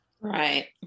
Right